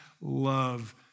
love